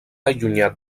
allunyat